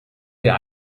wir